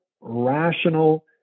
rational